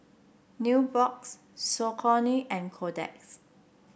Nubox Saucony and Kotex